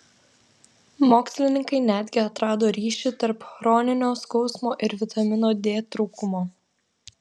mokslininkai netgi atrado ryšį tarp chroninio skausmo ir vitamino d trūkumo